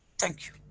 thank you.